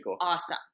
awesome